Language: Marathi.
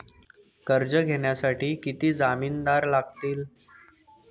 कर्ज घेण्यासाठी किती जामिनदार लागतील?